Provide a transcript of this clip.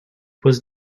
was